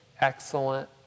excellent